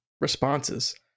responses